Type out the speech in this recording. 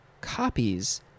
copies